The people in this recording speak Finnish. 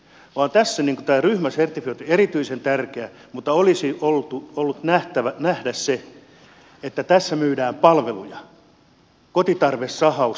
tässä tämä ryhmäsertifiointi on erityisen tärkeä mutta olisi pitänyt nähdä se että tässä myydään palveluja kotitarvesahausta suoritetaan